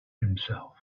himself